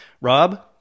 Rob